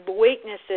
weaknesses